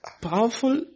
Powerful